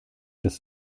des